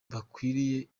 bakwiriye